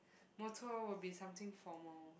motto will be something formal